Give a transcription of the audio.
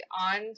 on